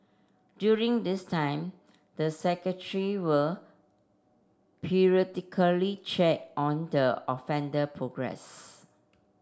during this time the will periodically check on the offender progress